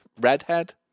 Redhead